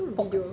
podcast